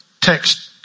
text